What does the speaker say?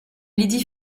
lydie